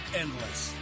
endless